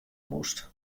moast